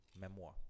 memoir